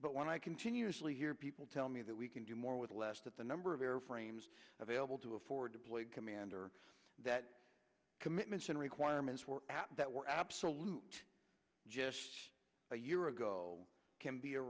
but when i continuously hear people tell me that we can do more with less that the number of airframes available to afford to play commander that commitments and requirements were apt that were absolute just a year ago can be